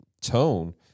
tone